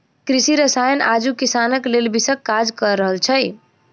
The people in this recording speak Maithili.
कृषि रसायन आजुक किसानक लेल विषक काज क रहल छै